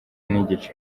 n’igice